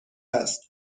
است